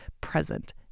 present